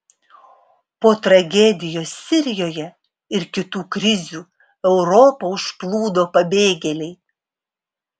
po tragedijos sirijoje ir kitų krizių europą užplūdo pabėgėliai